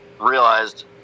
realized